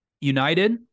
United